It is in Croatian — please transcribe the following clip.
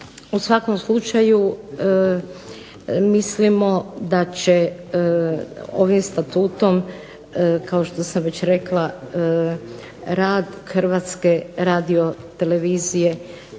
U svakom slučaju mislimo da će ovim Statutom kao što sam već rekla rad Hrvatske radiotelevizije